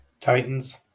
Titans